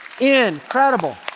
Incredible